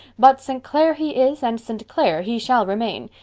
but st. clair he is and st. clair he shall remain.